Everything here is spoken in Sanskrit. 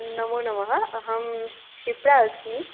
नमो नमः अहं शिप्रा अस्मि